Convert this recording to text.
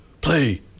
Play